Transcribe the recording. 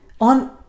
on